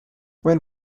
when